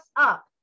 up